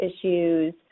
issues